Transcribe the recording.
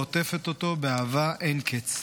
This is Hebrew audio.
ועוטפת אותו באהבה אין קץ.